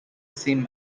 seem